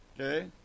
Okay